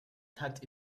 tucked